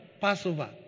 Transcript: Passover